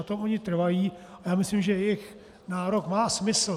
Na tom oni trvají a myslím, že jejich nárok má smysl.